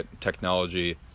technology